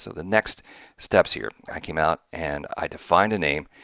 so the next steps here i came out and i defined a name